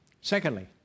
Secondly